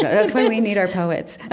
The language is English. that's why we need our poets.